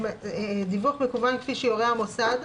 דיווח מקוון כפי שיורה המוסד,